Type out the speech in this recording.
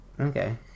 Okay